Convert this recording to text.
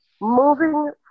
Moving